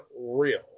real